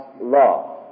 law